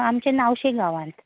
आमचे नावशे गांवांत